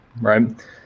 right